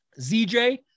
ZJ